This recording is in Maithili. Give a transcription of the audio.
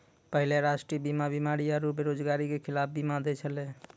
पहिले राष्ट्रीय बीमा बीमारी आरु बेरोजगारी के खिलाफ बीमा दै छलै